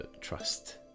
trust